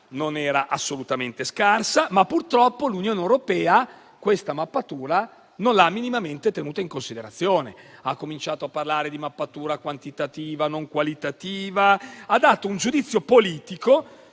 non era assolutamente scarsa. Ma purtroppo l'Unione europea questa mappatura non l'ha minimamente tenuta in considerazione: ha cominciato a parlare di mappatura quantitativa non qualitativa, ha dato un giudizio politico